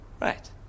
Right